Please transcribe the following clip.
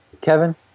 Kevin